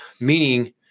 meaning